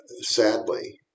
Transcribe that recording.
sadly